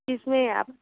किस में है आप